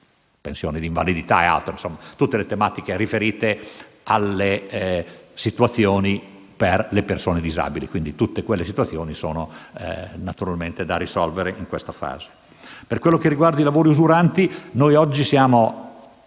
pensioni di invalidità e a tutte le tematiche riferite alle situazioni per le persone disabili. Quindi, tutte quelle situazioni sono da risolvere in questa fase. Per quanto riguarda i lavori usuranti, noi oggi stiamo